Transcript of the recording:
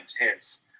intense